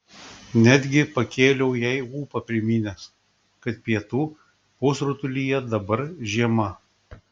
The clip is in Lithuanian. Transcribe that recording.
netgi pakėliau jai ūpą priminęs kad pietų pusrutulyje dabar žiema